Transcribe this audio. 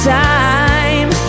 time